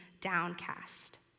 downcast